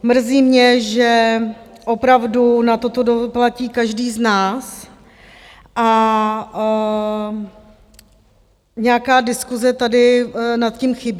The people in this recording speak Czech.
Mrzí mě, že opravdu na toto doplatí každý z nás, a nějaká diskuse tady nad tím chybí.